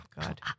god